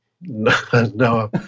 no